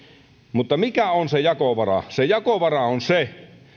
mutta mikä on se jakovara jakovara on se